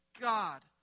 God